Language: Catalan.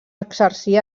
exercir